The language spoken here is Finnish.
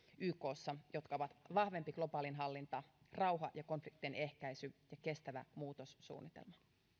ykssa jotka ovat vahvempi globaalihallinta rauha ja konfliktien ehkäisy sekä kestävä muutossuunnitelma